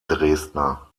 dresdner